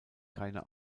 keine